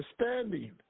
understanding